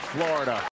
Florida